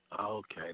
Okay